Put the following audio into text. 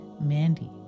Mandy